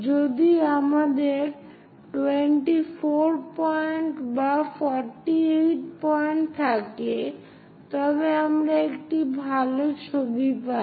যদি আমাদের 24 পয়েন্ট বা 48 পয়েন্ট থাকে তবে আমরা একটি ভাল ছবি পাই